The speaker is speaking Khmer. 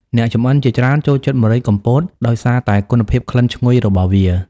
អ្នកចំអិនជាច្រើនចូលចិត្តម្រេចកំពត ដោយសារតែគុណភាពក្លិនឈ្ងុយរបស់វា។